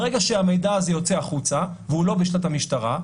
ברגע שהמידע הזה יוצא החוצה והוא לא בשליטת המשטרה,